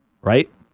right